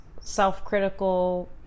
self-critical